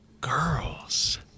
Girls